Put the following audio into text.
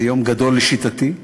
זה יום גדול לשיטתי,